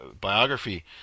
biography